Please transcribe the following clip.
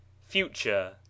Future